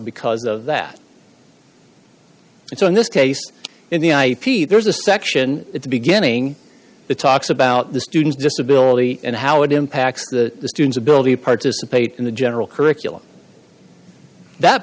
because of that so in this case in the ip there's a section at the beginning the talks about the student's disability and how it impacts the student's ability participate in the general curriculum that